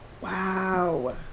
wow